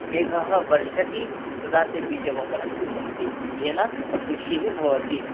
मेघः वर्षति तदा ते बीजवपनं कुर्वन्ति येन कृषिः भवति